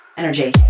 energy